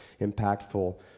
impactful